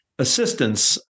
assistance